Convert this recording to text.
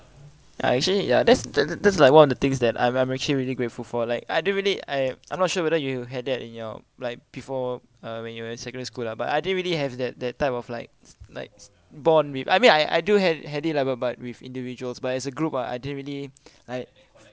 ya actually ya that's that that that's like one of the things that I'm I'm actually really grateful for like I don't really I I'm not sure whether you have that in your like before uh when you were in secondary school lah but I didn't really have that that type of like like bond with I mean I I do have had it like like but but with individuals but as a group ah I didn't really like